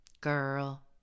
Girl